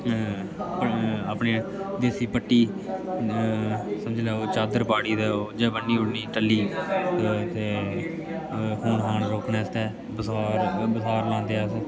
ते अपनी देसी पट्टी समझी लैओ चादर पाड़ी ते ओह् उ'ऐ ब'न्नी उड़नी टल्ली ते खून खान रोकने आस्तै बसार बसार लांदे अस